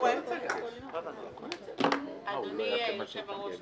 אדוני היושב-ראש,